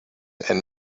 and